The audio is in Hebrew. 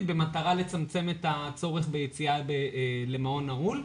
במטרה לצמצם את הצורך ביציאה למעון נעול.